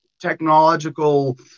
technological